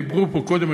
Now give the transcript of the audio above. דיברו קודם,